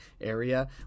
area